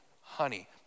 honey